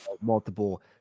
multiple